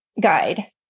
guide